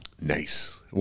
Nice